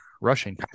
Rushing